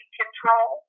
control